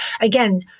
again